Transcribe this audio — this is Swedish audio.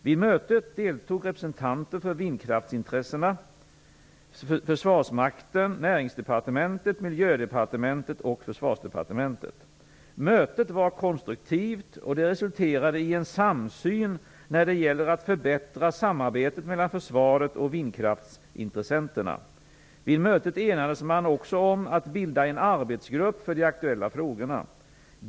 Vid mötet deltog representanter för vindkraftsintressena, Försvarsmakten, Näringsdepartementet, Miljödepartementet och Försvarsdepartementet. Mötet var konstruktivt, och det resulterade i en samsyn när det gäller att förbättra samarbetet mellan försvaret och vindkraftsintressenterna. Vid mötet enades man också om att bilda en arbetsgrupp för de aktuella frågorna.